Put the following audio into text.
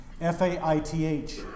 F-A-I-T-H